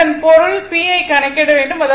இதன் பொருள் P ஐ கணக்கிட வேண்டும்